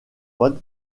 point